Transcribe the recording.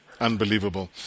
Unbelievable